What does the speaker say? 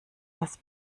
das